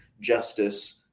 justice